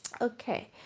okay